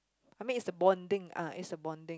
I mean is the bonding uh is the bonding